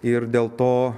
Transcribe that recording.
ir dėl to